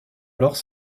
alors